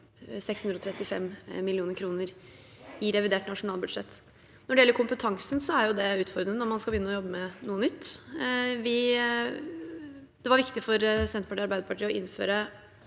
635 mill. kr i revidert nasjonalbudsjett. Når det gjelder kompetansen, er jo det utfordrende når man skal begynne å jobbe med noe nytt. Det var viktig for Senterpartiet og Arbeiderpartiet å innføre